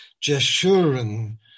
Jeshurun